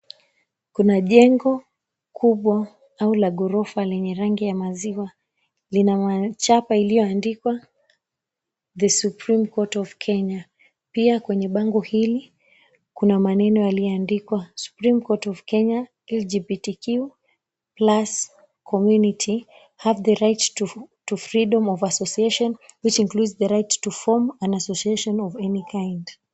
Kuna jengo kubwa au la ghorofa lenye rangi ya maziwa. Lina chapa iliyoandikwa the 'Supreme Court of Kenya'. Pia kwenye bango hili kuna maneno yaliyoandikwa, 'Supreme Court of Kenya, LGBTQ plus community have the right to Freedom of Association which includes the right to form an association of any kind'.